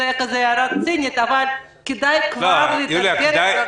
זו הערה קצת צינית אבל כדאי כבר להתארגן.